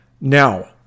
Now